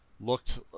looked